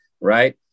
Right